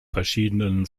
verschiedenen